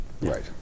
Right